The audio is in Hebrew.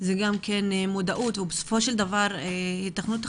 זה גם כן מודעות ובסופו של דבר רכיבים טכנולוגיים,